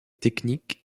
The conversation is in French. technique